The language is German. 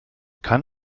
kann